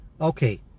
Okay